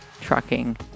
trucking